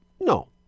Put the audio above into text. no